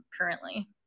currently